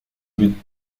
but